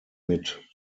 mit